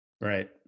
Right